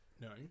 No